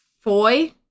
Foy